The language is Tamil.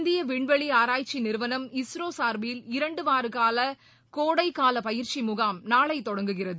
இந்திய விண்வெளி ஆராய்ச்சி நிறுவனம் இஸ்ரோ சார்பில் இரண்டுவார கால கோடை கால பயிற்சி முகாம் நாளை தொடங்குகிறது